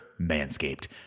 Manscaped